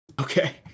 okay